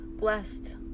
Blessed